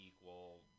equal